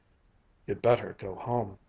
you'd better go home,